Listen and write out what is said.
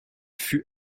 fut